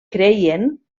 creien